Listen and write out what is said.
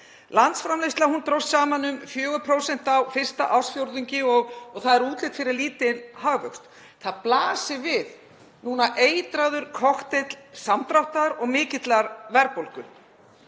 Landsframleiðsla dróst saman um 4% á fyrsta ársfjórðungi og er útlit fyrir lítinn hagvöxt. Það blasir við núna eitraður kokteill samdráttar og mikillar verðbólgu.